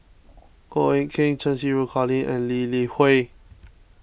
Goh Eck Kheng Cheng Xinru Colin and Lee Li Hui